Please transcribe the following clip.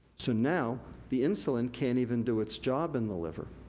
so now, the insulin can't even do it's job in the liver.